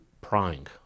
prying